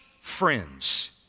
friends